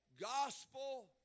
gospel